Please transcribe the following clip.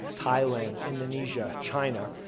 thailand, indonesia, china,